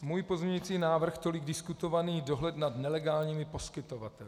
Můj pozměňující návrh tolik diskutovaný dohled nad nelegálními poskytovateli.